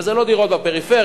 וזה לא דירות בפריפריה,